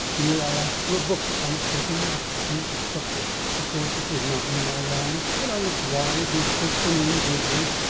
here i asked for a book on a certain abstruse subject. of course, it was not in my line, but i looked wise and spoke the name glibly.